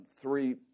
three